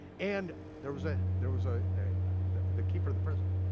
and there was ah there was ah the keeper of the prison